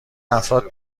افراد